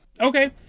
Okay